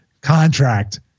contract